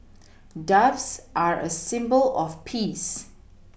doves are a symbol of peace